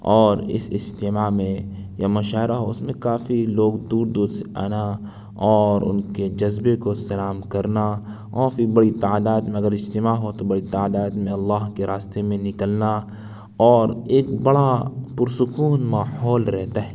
اور اس اجتماع میں یا مشاعرہ ہو اس میں کافی لوگ دور دور سے آنا اور ان کے جذبہ کو سلام کرنا اور پھر بڑی تعداد میں اگر اجتماع ہو تو بڑی تعداد میں اللہ کے راستے میں نکلنا اور ایک بڑا پرسکون ماحول رہتا ہے